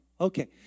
Okay